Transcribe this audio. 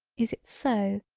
is it so,